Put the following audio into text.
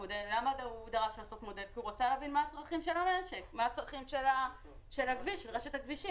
הוא דרש לעשות מודל כי הוא רצה להבין מה הצרכים של רשת הכבישים,